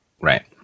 Right